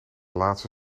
laatste